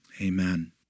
Amen